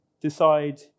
decide